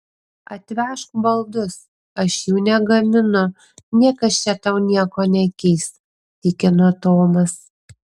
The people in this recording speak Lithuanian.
atvežk baldus aš jų negaminu niekas čia tau nieko nekeis tikino tomas